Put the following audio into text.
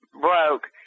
broke